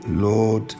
Lord